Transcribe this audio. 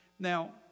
Now